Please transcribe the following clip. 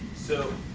so